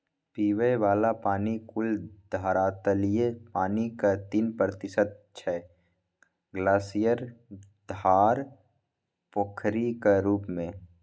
पीबय बला पानि कुल धरातलीय पानिक तीन प्रतिशत छै ग्लासियर, धार, पोखरिक रुप मे